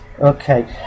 Okay